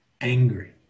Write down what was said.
angry